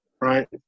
right